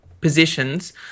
positions